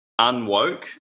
unwoke